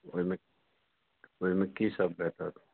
ओहिमे ओहिमे कीसभ भेटत